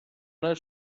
nel